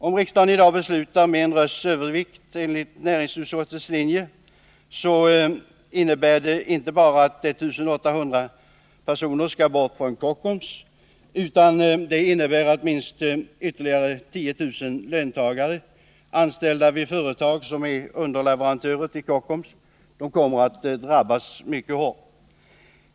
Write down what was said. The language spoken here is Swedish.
Om riksdagen i dag beslutar med en rösts övervikt enligt näringsutskottets linje så innebär det inte bara att 1 800 personer skall bort från Kockums, utan också att ytterligare minst 10000 löntagare, anställda i företag som är underleverantörer till Kockums, kommer att drabbas mycket hårt.